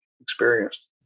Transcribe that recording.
experienced